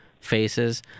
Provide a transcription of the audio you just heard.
faces